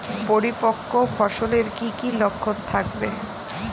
পরিপক্ক ফসলের কি কি লক্ষণ থাকবে?